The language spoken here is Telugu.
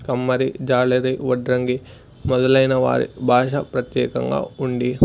కమ్మరి జాలేరి వడ్డ్రంగి మొదలైన వారి భాష ప్రత్యేకంగా ఉండి